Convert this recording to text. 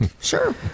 sure